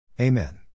Amen